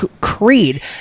creed